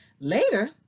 Later